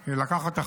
היא לקחת אחריות,